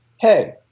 Hey